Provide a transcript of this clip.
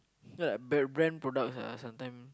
so like brand brand products ah sometime